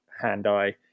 hand-eye